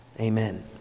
Amen